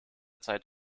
zeit